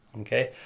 okay